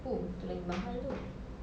oh itu lagi mahal itu